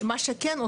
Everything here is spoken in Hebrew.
מה שכן,